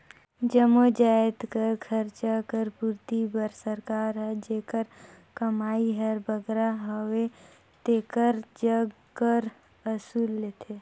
जम्मो जाएत कर खरचा कर पूरती बर सरकार हर जेकर कमई हर बगरा अहे तेकर जग कर वसूलथे